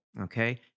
okay